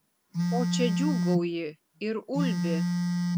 ko čia džiūgauji ir ulbi